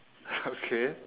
okay